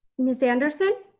miss anderson.